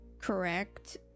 correct